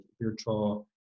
virtual